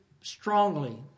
strongly